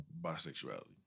bisexuality